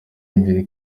imbere